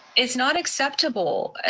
it's not acceptable.